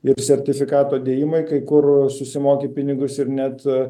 ir sertifikato dėjimai kai kur susimoki pinigus ir net